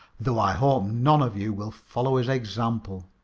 though i hope none of you will follow his example.